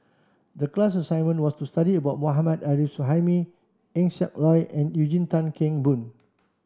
the class assignment was to study about Mohammad Arif Suhaimi Eng Siak Loy and Eugene Tan Kheng Boon